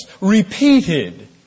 repeated